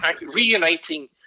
Reuniting